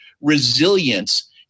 resilience